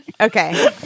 okay